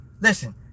Listen